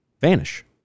vanish